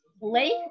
Lake